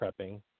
prepping